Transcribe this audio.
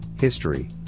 history